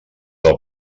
del